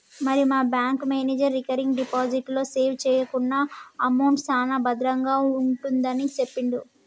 మరి మా bank manager recurring deposit లో సేవ్ చేసుకున్న అమౌంట్ సాన భద్రంగా ఉంటుందని సెప్పిండు